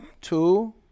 Two